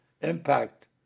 impact